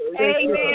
Amen